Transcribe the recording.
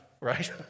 right